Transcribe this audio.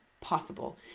possible